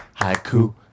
Haiku